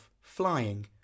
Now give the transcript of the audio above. flying